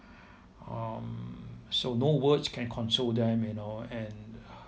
um so no words can console them you know and